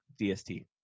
DST